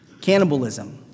Cannibalism